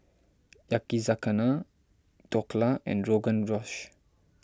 Yakizakana Dhokla and Rogan Josh